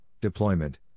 deployment